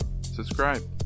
subscribe